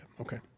Okay